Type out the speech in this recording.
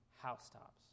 housetops